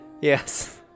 Yes